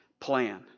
plan